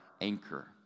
anchor